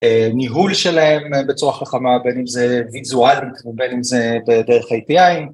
ניהול שלהם בצורה חכמה בין אם זה ויזואל ובין אם זה בדרך ה-API.